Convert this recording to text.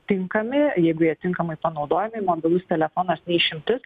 tinkami jeigu jie tinkamai panaudojami mobilus telefonas ne išimtis